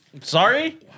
Sorry